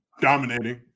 dominating